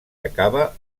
acaba